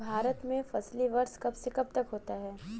भारत में फसली वर्ष कब से कब तक होता है?